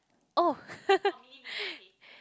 oh